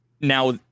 Now